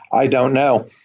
i don't know.